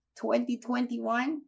2021